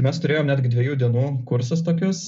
mes turėjom netgi dviejų dienų kursus tokius